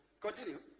Continue